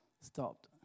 stopped